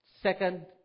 second